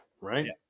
right